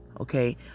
okay